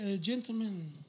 gentlemen